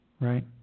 Right